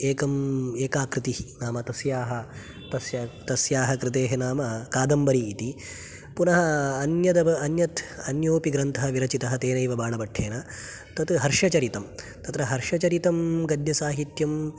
एकं एका कृतिः नाम तस्याः तस्य तस्याः कृतेः नाम कादम्बरी इति पुनः अन्यदप् अन्यत् अन्योपि ग्रन्थः विरचितः तेनैव बाणभट्टेन तत् हर्षचरितं तत्र हर्षचरितं गद्यसाहित्यं